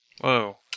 Whoa